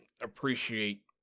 appreciate